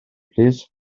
plîs